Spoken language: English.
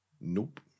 Nope